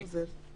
אפשר.